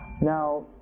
Now